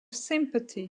sympathy